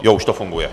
Ano, už to funguje.